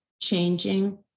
changing